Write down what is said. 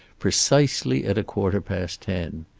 precisely at a quarter past ten.